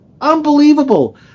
unbelievable